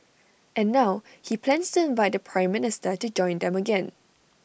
and now he plans to invite the Prime Minister to join them again